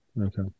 Okay